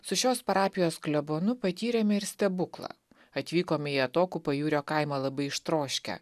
su šios parapijos klebonu patyrėme ir stebuklą atvykome į atokų pajūrio kaimą labai ištroškę